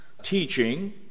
teaching